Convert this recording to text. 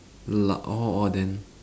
la~ orh orh then